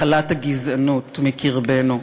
מחלת הגזענות, מקרבנו.